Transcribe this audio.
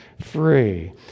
free